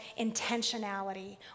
intentionality